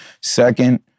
Second